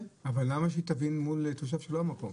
אבל למה שהיא תבין מול תושב שהוא לא מהמקום?